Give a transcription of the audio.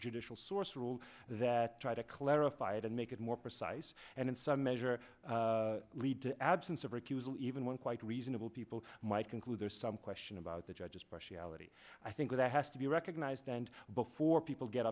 judicial source rule that try to clarify it and make it more precise and in some measure lead to absence of recusal even one quite reasonable people might conclude there's some question about the judge's partiality i think that has to be recognized and before people get